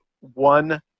one